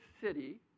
City